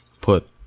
put